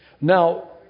Now